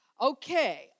Okay